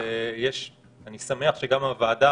אני שמח שגם הוועדה,